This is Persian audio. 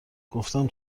گفتم